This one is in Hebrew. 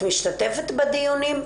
את משתתפת בדיונים?